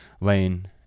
lane